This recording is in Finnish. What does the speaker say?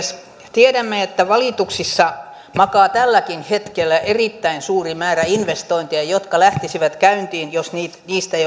tiedämme että valituksissa makaa tälläkin hetkellä erittäin suuri määrä investointeja jotka lähtisivät käyntiin jos niistä niistä